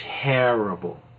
terrible